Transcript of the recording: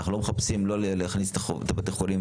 אנחנו לא מחפשים להכניס את בתי החולים